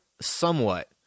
somewhat